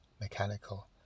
mechanical